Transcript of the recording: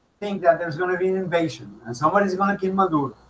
think that there's gonna be an invasion and somebody's gonna kill maduro,